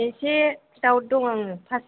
एसे डाउट दङ आङो पास